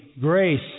grace